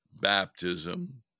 baptism